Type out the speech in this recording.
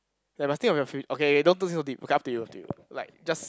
ya must think of your fu~ okay okay don't think so deep okay up to you up to you like just